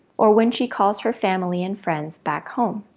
or when she calls her family and friends back home.